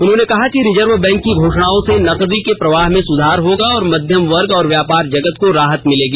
उन्होंने कहा कि रिजर्व बैंक की घोषणाओं से नगदी के प्रवाह में सुधार होगा तथा मध्यम वर्ग और व्यापार जगत को राहत मिलेगी